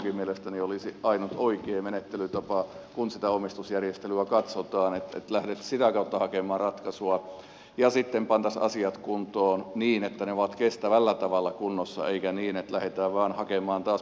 minunkin mielestäni se olisi ainut oikea menettelytapa kun sitä omistusjärjestelyä katsotaan että lähdettäisiin sitä kautta hakemaan ratkaisua ja sitten pantaisiin asiat kuntoon niin että ne ovat kestävällä tavalla kunnossa eikä niin että lähdetään vain hakemaan taas kerran pikavoittoa sieltä